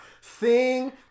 Sing